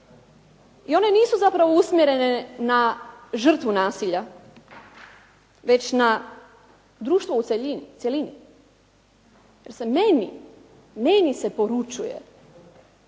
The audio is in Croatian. i one nisu zapravo usmjerene na žrtvu nasilja već na društvo u cjelini, jer se meni poručuje